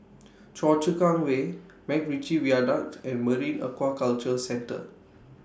Choa Chu Kang Way Macritchie Viaduct and Marine Aquaculture Centre